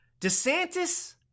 DeSantis